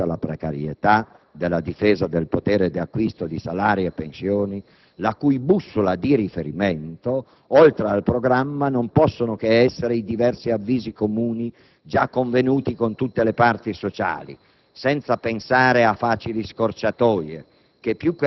delle liberalizzazioni, del *welfare*, della lotta alla precarietà, della difesa del potere d'acquisto di salari e pensioni, la cui bussola di riferimento, oltre al programma, non possono che essere i diversi avvisi comuni già convenuti con tutte le parti sociali,